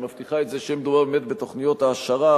שמבטיחה את זה שיהיה מדובר באמת בתוכניות העשרה,